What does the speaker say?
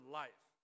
life